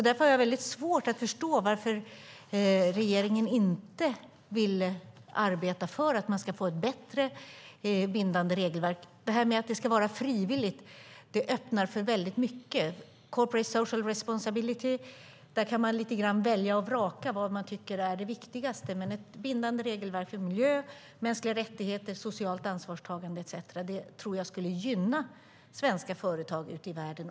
Därför har jag svårt att förstå varför regeringen inte vill arbeta för att man ska få ett bättre bindande regelverk. Att det ska vara frivilligt öppnar för väldigt mycket. Corporate social responsibility innebär att man lite grann kan välja och vraka, att välja det som man tycker är viktigast. Ett bindande regelverk för miljö, mänskliga rättigheter, socialt ansvarstagande etcetera tror jag skulle gynna svenska företag ute i världen.